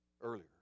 earlier